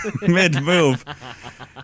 mid-move